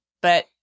but-